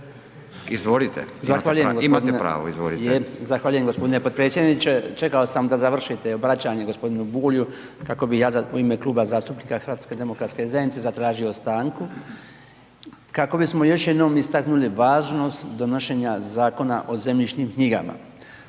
izvolite, imate pravo,